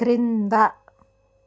క్రింద